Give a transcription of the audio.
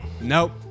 nope